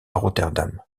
rotterdam